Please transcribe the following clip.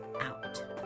out